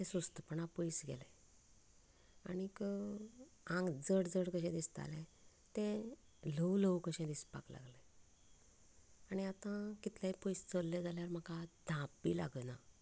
तें सुस्तपणा पयस गेलें आनीक आंग जड जड कशें दिसतालें तें ल्हव ल्हव कशें दिसपाक लागलें आनी आतां कितलेंय पयस चलले जाल्यार म्हाका धाप बी लागना